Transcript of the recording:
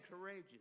courageous